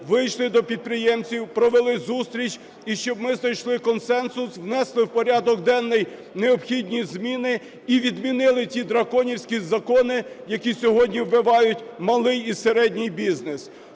вийшли до підприємців, провели зустріч. І щоб ми знайшли консенсус, внесли в порядок денний необхідні зміни і відмінили ті "драконівські" закони, які сьогодні вбивають малий і середній бізнес.